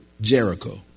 Jericho